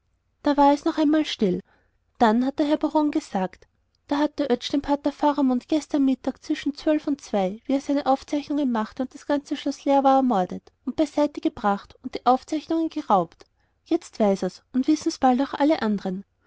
da war es noch einmal still dann hat der herr baron gesagt da hat der oetsch den pater faramund gestern mittag zwischen zwölf und zwei wie der seine aufzeichnungen machte und das ganze schloß leer war ermordet und beiseite gebracht und die aufzeichnungen geraubt jetzt weiß er's und wissen's bald auch alle andern